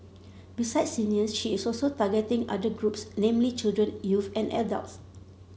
besides seniors she is also targeting other groups namely children youth and adults